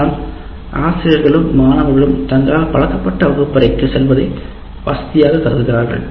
அதனால் ஆசிரியர்களும் மாணவர்களும் தங்களால் பழக்கப்பட்ட வகுப்பறைக்குச் செல்வதை வசதியாக கருதுகிறார்கள்